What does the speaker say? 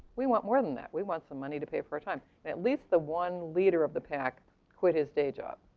we want more than that. we want some money to pay for our time. and at least the one leader of the pack quit his day job,